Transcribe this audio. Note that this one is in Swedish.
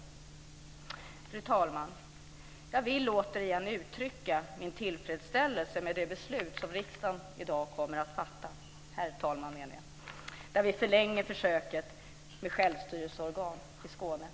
Herr talman! Jag vill återigen uttrycka min tillfredsställelse över det beslut som riksdagen i dag kommer att fatta, där vi förlänger försöket med självstyrelseorgan i Skåne.